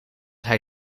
hij